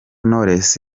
knowless